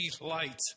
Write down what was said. light